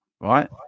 right